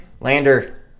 Lander